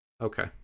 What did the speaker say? okay